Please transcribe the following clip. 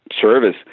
service